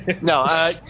No